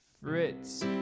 Fritz